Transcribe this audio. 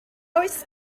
oes